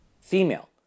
Female